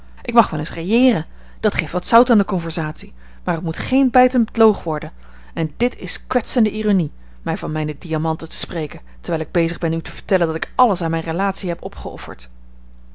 ik mag wel eens railleeren dat geeft wat zout aan de conversatie maar het moet geen bijtend loog worden en dit is kwetsende ironie mij van mijne diamanten te spreken terwijl ik bezig ben u te vertellen dat ik alles aan mijne relatiën heb opgeofferd